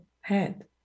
head